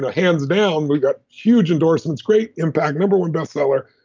hands down. we got huge endorsements, great impact, number one best seller.